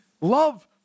love